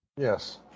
yes